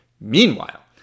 Meanwhile